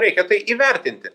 reikia tai įvertinti